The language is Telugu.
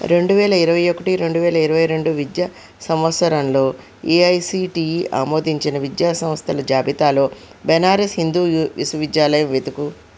రెండు వేల ఇరవై ఒకటి రెండు వేల ఇరవై రెండు విద్యా సంవత్సరంలో ఏఐసిటిఈ ఆమోదించిన విద్యా సంస్థల జాబితాలో బనారస్ హిందూ విశ్వవిద్యాలయం వెతుకు